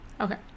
Okay